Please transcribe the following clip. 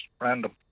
random